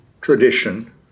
tradition